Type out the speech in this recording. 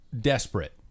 desperate